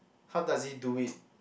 how does he do it